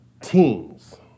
teams